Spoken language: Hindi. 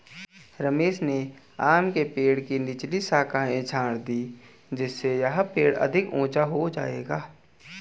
रमेश ने आम के पेड़ की निचली शाखाएं छाँट दीं जिससे यह पेड़ अधिक ऊंचा हो जाएगा